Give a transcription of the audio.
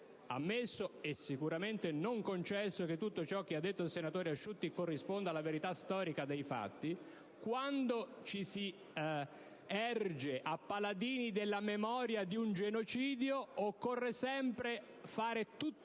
Ammesso, e sicuramente non concesso, che tutto quello che ha detto il senatore Asciutti corrisponda alla verità storica dei fatti, quando ci si erge a paladini della memoria di un genocidio occorre sempre ricordare tutta